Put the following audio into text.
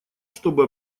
чтобы